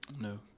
No